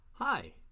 Hi